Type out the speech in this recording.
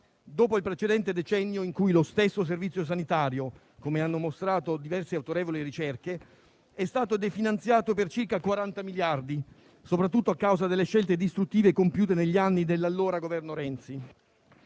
dopo il precedente decennio in cui lo stesso Servizio sanitario - come hanno mostrato diverse autorevoli ricerche - è stato definanziato per circa 40 miliardi di euro, soprattutto a causa delle scelte distruttive compiute negli anni dell'allora Governo Renzi.